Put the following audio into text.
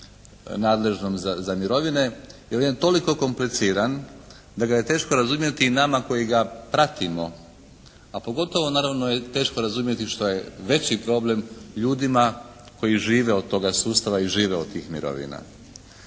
nadležnom za mirovine, jer je on toliko kompliciran da ga je teško razumjeti i nama koji ga pratimo, a pogotovo naravno je teško razumjeti što je veći problem ljudima koji žive od toga sustava i žive od tih mirovina.